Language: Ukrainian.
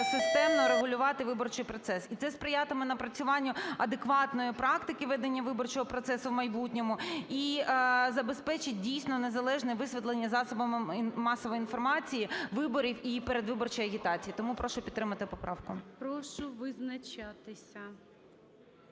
системно регулювати виборчий процес. І це сприятиме напрацюванню адекватної практики ведення виборчого процесу в майбутньому, і забезпечить, дійсно, незалежне висвітлення засобами масової інформації виборів і передвиборчої агітації. Тому прошу підтримати поправку. ГОЛОВУЮЧИЙ. Прошу визначатися.